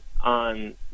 on